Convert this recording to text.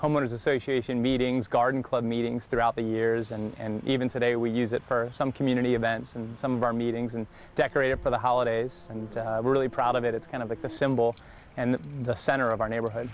homeowners association meetings garden club meetings throughout the years and even today we use it for some community events and some of our meetings and decorate it for the holidays and we're really proud of it it's kind of like the symbol and the center of our neighborhood